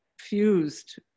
fused